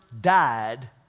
died